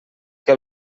que